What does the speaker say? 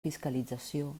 fiscalització